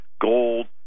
gold